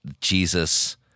Jesus